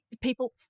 people